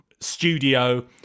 studio